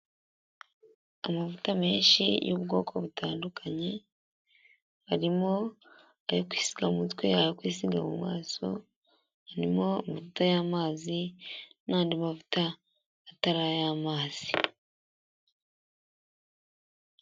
Amavuta menshi y'ubwoko butandukanye arimo ayo kwisiga mu mutwe ,ayo kwisiga mu maso ,harimo amavuta y'amazi n'andi mavuta atari ay'amazi.